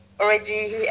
already